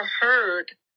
heard